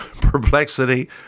perplexity